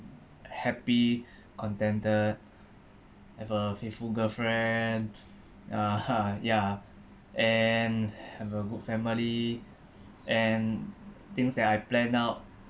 happy contented I have a faithful girlfriend ya and have a good family and things that I planned out